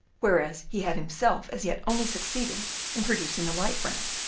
whereas he had himself as yet only succeeded in producing the light brown.